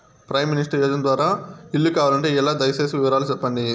Prime minister యోజన ద్వారా ఇల్లు కావాలంటే ఎలా? దయ సేసి వివరాలు సెప్పండి?